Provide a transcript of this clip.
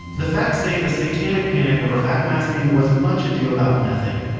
the facts say the satanic panic over backmasking was much ado about nothing.